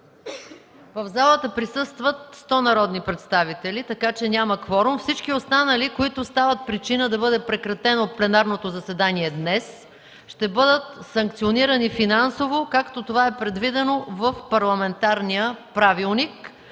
В залата присъстват сто народни представители, така че няма кворум. Всички останали, които стават причина да бъде прекратено пленарното заседание днес, ще бъдат санкционирани финансово, както това е предвидено в парламентарния правилник.